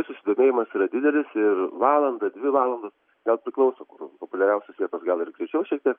susidomėjimas yra didelis ir valandą dvi valandos gal priklauso kur populiariausios vietos gal ir greičiau šiek tiek